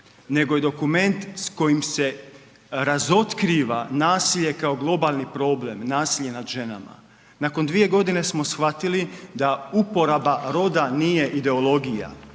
nego je dokument s kojim se razotkriva nasilje kao globalni problem, nasilje nad ženama. Nakon dvije godine smo shvatili da uporaba roda nije ideologija.